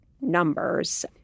numbers